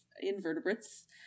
invertebrates